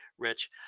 Rich